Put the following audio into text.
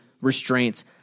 restraints